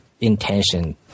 intention